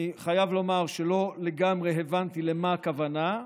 אני חייב לומר שלא לגמרי הבנתי למה הכוונה,